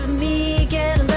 me again